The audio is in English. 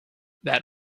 that